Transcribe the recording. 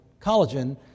collagen